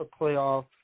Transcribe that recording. playoff